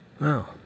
wow